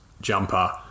jumper